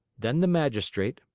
then the magistrate,